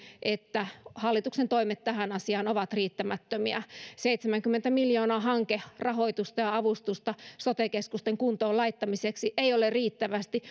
että hallituksen toimet tähän asiaan ovat riittämättömiä seitsemänkymmentä miljoonaa hankerahoitusta ja avustusta sote keskusten kuntoon laittamiseksi ei ole riittävästi